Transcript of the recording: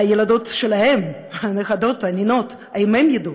הילדות שלהן, הנכדות, הנינות, האם הן ידעו?